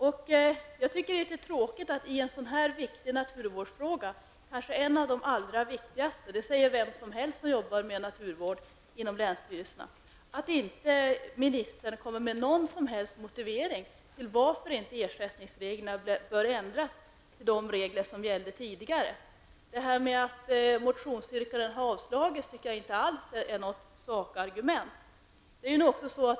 Jag tycker att det är litet tråkigt att i en sådan här viktig naturvårdsfråga -- kanske en av de allra viktigaste, det säger de som jobbar med naturvård inom länsstyrelserna -- ministern inte kommer med någon som helst motivering till varför ersättningsreglerna inte bör ändras så att de regler som gällde tidigare åter blir gällande. Att motionsyrkandet har avslagits finner jag inte vara något sakargument.